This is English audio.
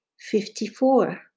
fifty-four